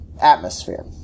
atmosphere